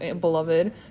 Beloved